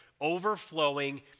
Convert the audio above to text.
overflowing